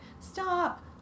stop